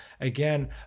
again